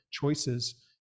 choices